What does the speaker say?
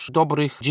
dobrych